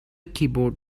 keyboard